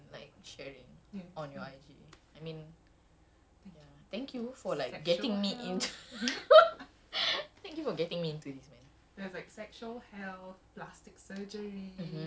right like all the super wholesome and educational tiktoks that you have been like sharing on your I_G I mean thank you for like getting me into